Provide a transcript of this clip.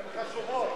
הערות חשובות.